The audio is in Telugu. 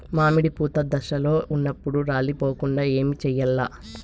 మామిడి పూత దశలో ఉన్నప్పుడు రాలిపోకుండ ఏమిచేయాల్ల?